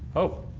oh.